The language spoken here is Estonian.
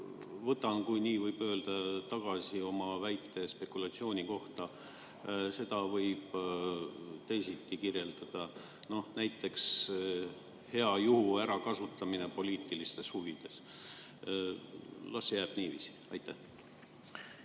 Võtan, kui nii võib öelda, tagasi oma väite spekulatsiooni kohta. Seda võib teisiti kirjeldada. Noh, näiteks, hea juhu ärakasutamine poliitilistes huvides. Las jääb niiviisi.